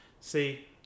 See